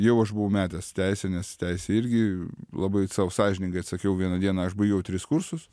jau aš buvau metęs teisę nes teisė irgi labai sau sąžiningai atsakiau vieną dieną aš baigiau tris kursus